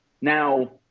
Now